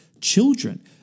children